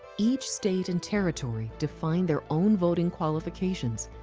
each state and territory defined their own voting qualifications.